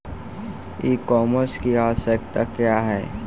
ई कॉमर्स की आवशयक्ता क्या है?